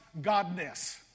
godness